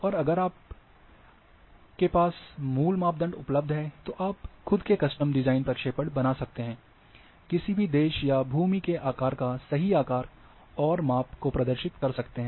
और अगर आपके पास मूल मापदंड उपलब्ध हैं तो आप खुद के कस्टम डिजाइन प्रक्षेपण बना सकते हैं किसी भी देश या भूमि के आकार का सही आकार और माप को प्रदर्शित कर सकते हैं